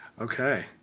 Okay